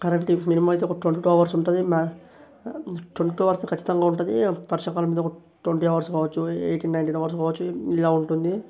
current ఇప్పుడు minimum అయితే ఒక ట్వంటీ టూ అవర్స్ ఉంటుంది మ్యా ట్వంటీ టూ అవర్స్ ఖచ్చితంగా ఉంటుంది వర్షాకాలంలో ఒక ట్వంటీ అవర్స్ కావచ్చు ఎయిటీన్ నైంన్టీన్ అవర్స్ కావచ్చు ఇలా ఉంటుంది